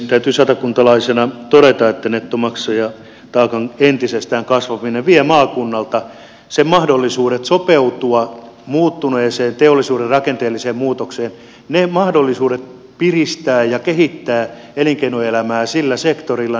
täytyy satakuntalaisena todeta että nettomaksajataakan kasvaminen entisestään vie maakunnalta sen mahdollisuudet sopeutua teollisuuden rakenteelliseen muutokseen ja mahdollisuudet piristää ja kehittää elinkeinoelämää sillä sektorilla